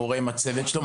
כל מורה עם הצוות שלו,